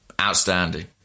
outstanding